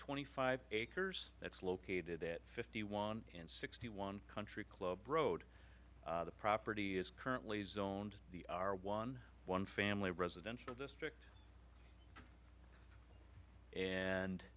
twenty five acres that's located at fifty one and sixty one country club road the property is currently zoned the are one one family residential district